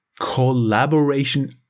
collaboration